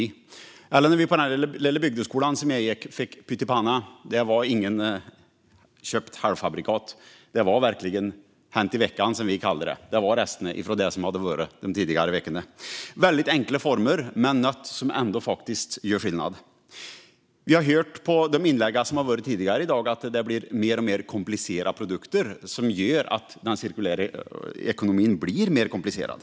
Det var samma sak när vi på den lilla bygdeskola där jag gick fick pyttipanna. Det var inget köpt halvfabrikat, utan det var verkligen hänt i veckan, som vi kallade det. Det var resterna från det som hade varit tidigare under veckan. Det här är väldigt enkla former, men något som ändå faktiskt gör skillnad. Vi har hört i de inlägg som har gjorts tidigare i dag att vi får mer och mer komplicerade produkter, vilket gör att den cirkulära ekonomin blir mer komplicerad.